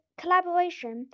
collaboration